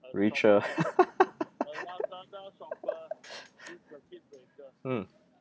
richer mm